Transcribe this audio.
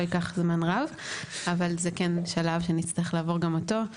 ייקח זמן רב אבל זה שלב שנצטרך לעבור אותו.